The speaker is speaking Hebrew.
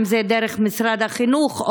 אם דרך משרד החינוך,